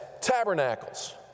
tabernacles